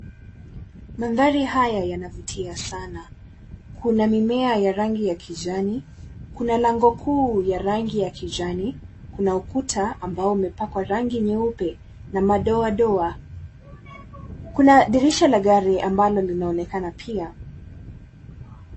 Manthari haya yanavutia sana, kuna mimea ya rangi ya kijani, kuna lango kuu ya rangi ya kijani, kuna ukuta ambao umepakwa rangi nyeupe na madoa doa, kuna dirisha la gari ambalo linaonekana pia.